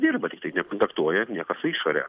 dirba tiktai nekontaktuoja niekas su išore